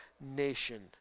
nation